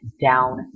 down